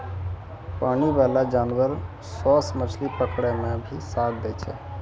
पानी बाला जानवर सोस मछली पकड़ै मे भी साथ दै छै